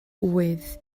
ŵydd